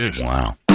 Wow